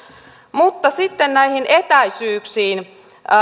mutta sitten näihin etäisyyksiin